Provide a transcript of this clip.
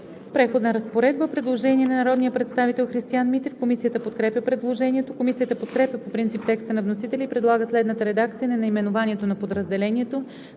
„Преходна разпоредба“. Предложение на народния представител Христиан Митев. Комисията подкрепя предложението. Комисията подкрепя по принцип текста на вносителя и предлага следната редакция на наименованието на подразделението: